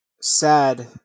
sad